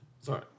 Sorry